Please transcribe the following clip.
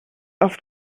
oft